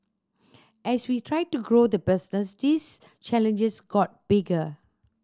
as we tried to grow the business these challenges got bigger